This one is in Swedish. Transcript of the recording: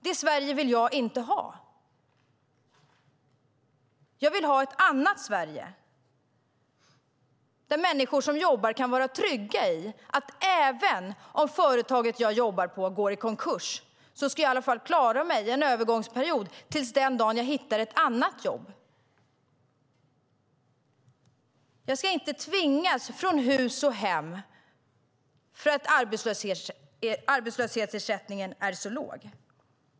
Det Sverige vill jag inte ha. Jag vill ha ett annat Sverige, där människor som jobbar kan vara trygga. De ska klara sig även om företaget de jobbar på går i konkurs, i alla fall under en övergångsperiod till den dag de hittar ett annat jobb. Jag ska inte tvingas från hus och hem för att arbetslöshetsersättningen är så låg.